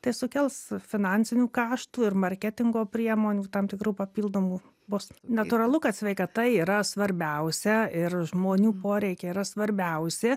tai sukels finansinių kaštų ir marketingo priemonių tam tikrų papildomų bus natūralu kad sveikata yra svarbiausia ir žmonių poreikiai yra svarbiausi